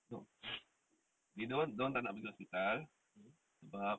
no they don't dia orang tak nak pergi hospital sebab